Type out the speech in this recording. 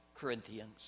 Corinthians